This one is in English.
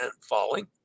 falling